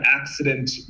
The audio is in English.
accident